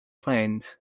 planes